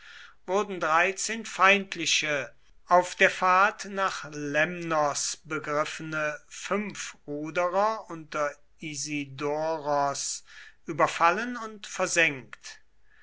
wurden dreizehn feindliche auf der fahrt nach lemnos begriffene fünfruderer unter isidoros überfallen und versenkt